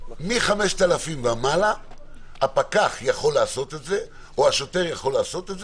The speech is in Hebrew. מ-5,000 ומעלה הפקח יכול לעשות את זה או השוטר יכול לעשות,